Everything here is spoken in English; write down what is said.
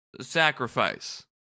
sacrifice